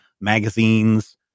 magazines